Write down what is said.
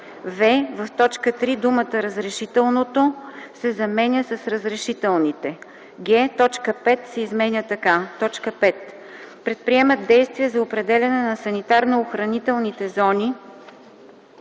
в т. 3 думата „разрешителното” се заменя с „разрешителните”; г) точка 5 се изменя така: „5. предприемат действия за определяне на санитарно-охранителните зони